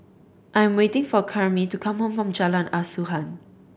I am waiting for Karyme to come from Jalan Asuhan